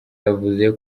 yavuze